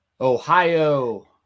Ohio